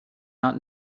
not